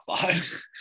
five